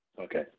Okay